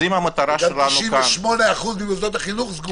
גם 98% ממוסדות החינוך סגורים.